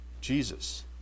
Jesus